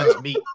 meat